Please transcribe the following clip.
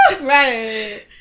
right